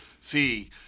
see